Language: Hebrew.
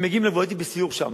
הייתי בסיור שם,